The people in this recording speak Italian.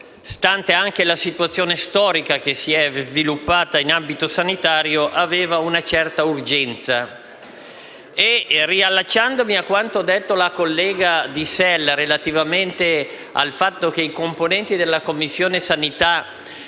stante anche la situazione storica che si è sviluppata in ambito sanitario, avesse una certa urgenza. Mi riallaccio a quanto detto dalla collega del Gruppo SEL relativamente al fatto che i componenti della Commissione sanità